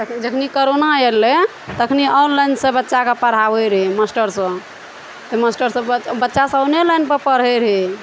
जखनी करोना अयलै तखनी ऑनलाइन से बच्चाके पढ़ाबै रहै मास्टरसब तऽ मास्टर सब बच्चा सब ऑनेलाइन पर पढ़ै रहै